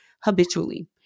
habitually